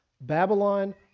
Babylon